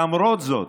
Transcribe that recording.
למרות זאת,